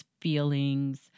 feelings